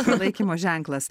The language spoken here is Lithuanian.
palaikymo ženklas